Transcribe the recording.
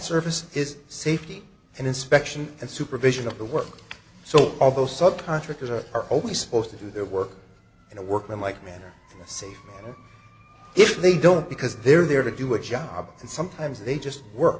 service is safety and inspection and supervision of the work so although sub contractors are are always supposed to do their work in a workman like manner see if they don't because they're there to do a job and sometimes they just work